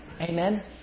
Amen